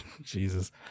jesus